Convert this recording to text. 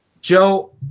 Joe